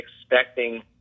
expecting